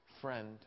friend